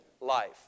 life